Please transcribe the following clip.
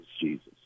jesus